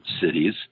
cities